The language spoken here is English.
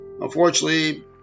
unfortunately